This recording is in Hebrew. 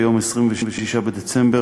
ביום 26 בדצמבר,